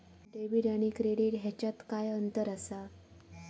Debit आणि credit ह्याच्यात काय अंतर असा?